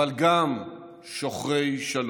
אבל גם שוחרי שלום.